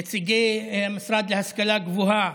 נציגי המשרד להשכלה גבוהה.